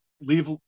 leave